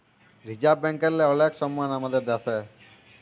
reserve ব্যাংকেরলে অলেক সমমাল আমাদের দ্যাশে